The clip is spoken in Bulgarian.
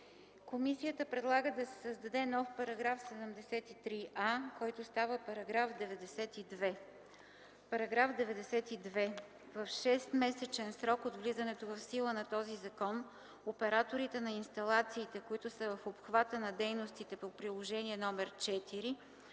Комисията предлага да се създаде нов § 73а, който става § 92: „§ 92. В шестмесечен срок от влизането в сила на този закон операторите на инсталациите, които са в обхвата на дейностите по Приложение № 4,